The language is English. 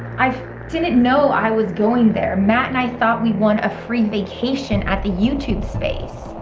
i didn't know i was going there matt and i thought we won a free vacation at the youtube space.